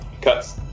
cuts